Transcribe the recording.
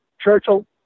Churchill